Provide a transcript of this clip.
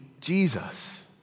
Jesus